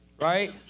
right